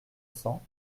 cents